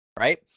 right